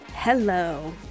Hello